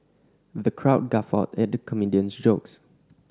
the crowd guffawed at the comedian's jokes